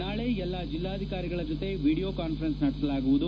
ನಾಳೆ ಎಲ್ಲಾ ಜಿಲ್ಲಾಧಿಕಾರಿಗಳ ಜತೆ ವೀಡಿಯೋ ಕಾನ್ಫರೆನ್ಸ್ ನಡೆಸಲಾಗುವುದು